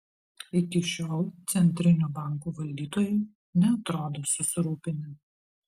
iki šiol centrinių bankų valdytojai neatrodo susirūpinę